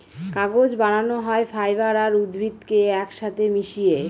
কাগজ বানানো হয় ফাইবার আর উদ্ভিদকে এক সাথে মিশিয়ে